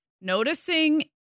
noticing